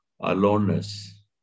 Aloneness